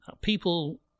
People